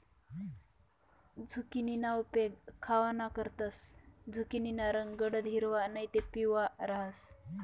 झुकिनीना उपेग खावानाकरता करतंस, झुकिनीना रंग गडद हिरवा नैते पिवया रहास